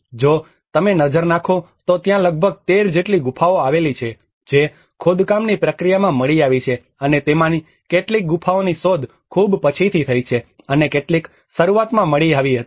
જો તમે નજર નાખો તો ત્યાં લગભગ 13 જેટલી ગુફાઓ છે જે ખોદકામની પ્રક્રિયામાં મળી આવી છે અને તેમાંની કેટલીક ગુફાઓની શોધ ખૂબ પછીથી થઈ છે અને કેટલીક શરૂઆતમાં મળી આવી હતી